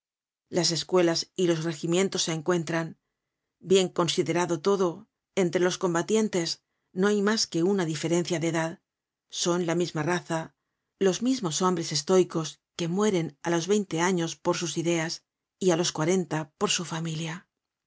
las escuelas y los regimientos se encuentran bien considerado todo entre los combatientes no hay mas que una diferencia de edad son la misma raza los mismos hombres estóicos que mueren á los vein te años por sus ideas y á los cuarenta por su familia